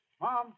mom